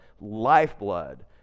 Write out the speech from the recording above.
lifeblood